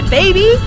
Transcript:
baby